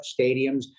stadiums